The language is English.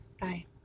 Bye